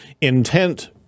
intent